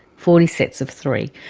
forty sets of three,